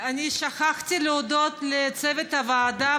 אני שכחתי להודות לצוות הוועדה,